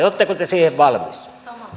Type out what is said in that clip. oletteko te siihen valmis